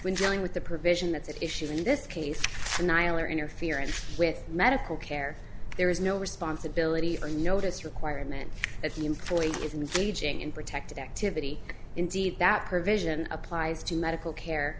when dealing with the provision that's at issue in this case annihilator interference with medical care there is no responsibility or notice requirement that the employee is an aging in protected activity indeed that provision applies to medical care